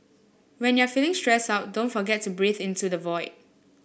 when you are feeling stressed out don't forget to breathe into the void